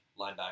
Linebacker